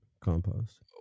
compost